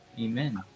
Amen